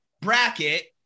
bracket